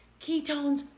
ketones